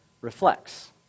reflects